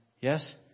Yes